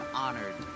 honored